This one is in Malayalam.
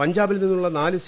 പഞ്ചാബിൽ നിന്നുള്ള നാല് സി